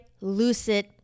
lucid